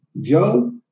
Joe